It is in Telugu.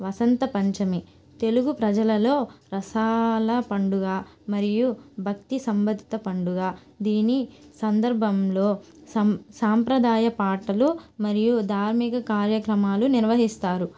వసంత పంచమి తెలుగు ప్రజలలో రసాల పండుగ మరియు భక్తి సంబంధిత పండుగ దీని సందర్భంలో సం సాంప్రదాయ పాటలు మరియు దార్మిక కార్యక్రమాలు నిర్వహిస్తారు